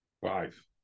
five